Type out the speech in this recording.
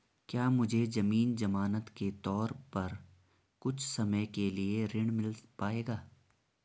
क्या मुझे ज़मीन ज़मानत के तौर पर कुछ समय के लिए ऋण मिल पाएगा?